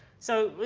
so